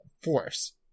force